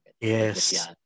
Yes